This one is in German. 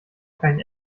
keinen